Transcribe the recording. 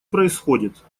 происходит